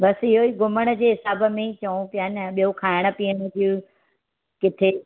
बसि इहेई घुमण जे हिसाब में ई चउ पिया न ॿियो खाइण पीअण जूं किथे